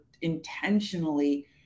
intentionally